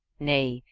nay,